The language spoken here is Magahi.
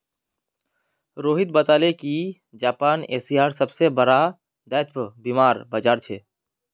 रोहित बताले कि जापान एशियार सबसे बड़ा दायित्व बीमार बाजार छे